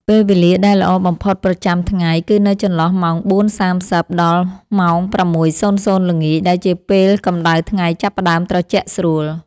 ពេលវេលាដែលល្អបំផុតប្រចាំថ្ងៃគឺនៅចន្លោះម៉ោង ៤:៣០ ដល់ម៉ោង ៦:០០ ល្ងាច ដែលជាពេលកម្ដៅថ្ងៃចាប់ផ្ដើមត្រជាក់ស្រួល។